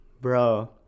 Bro